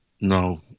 No